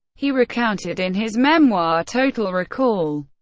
he recounted in his memoir, total recall,